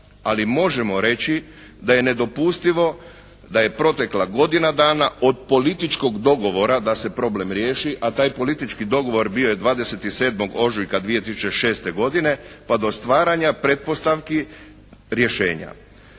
Ali možemo reći da je nedopustivo da je protekla godina dana od političkog dogovora da se problem riješi, a taj politički dogovor bio je 27. ožujka 2006. godine pa do stvaranja pretpostavki rješenja.